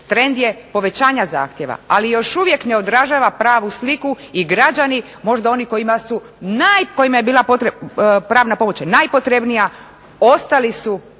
trend je povećanja zahtjeva. Ali, još uvijek ne odražava pravu sliku i građani, možda oni kojima su naj, kojima je bila potrebna pravna pomoć najpotrebnija ostali su